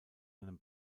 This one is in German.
einem